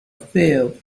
filled